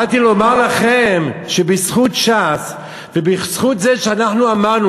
אני באתי לומר לכם שבזכות ש"ס ובזכות זה שאנחנו אמרנו